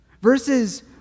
Verses